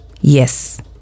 Yes